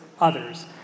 others